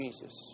Jesus